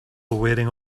wearing